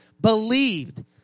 believed